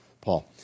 Paul